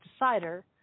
decider